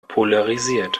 polarisiert